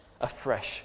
afresh